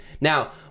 now